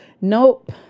Nope